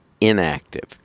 inactive